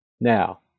Now